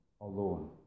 alone